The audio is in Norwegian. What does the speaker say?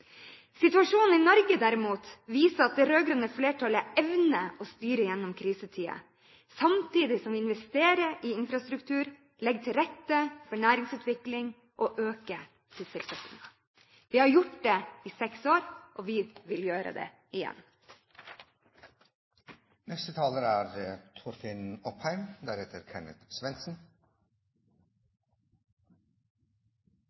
Situasjonen i Norge, derimot, viser at det rød-grønne flertallet evner å styre gjennom krisetider, samtidig som vi investerer i infrastruktur, legger til rette for næringsutvikling og øker sysselsettingen. Vi har gjort det i seks år, og vi vil gjøre det igjen.